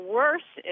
worse